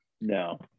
No